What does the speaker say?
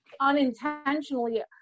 unintentionally